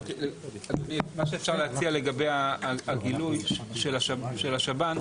מה שאפשר להציג לגבי הגילוי של השב"ן,